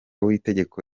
w’itegeko